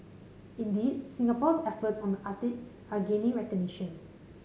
indeed Singapore's efforts on the Arctic are gaining recognition